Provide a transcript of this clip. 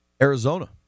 Arizona